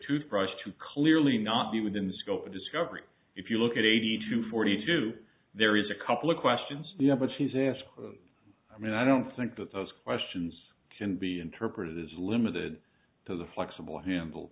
tooth brush to clearly not be within the scope of discovery if you look at eighty two forty two there is a couple of questions yeah but she's asked i mean i don't think that those questions can be interpreted as limited to the flexible h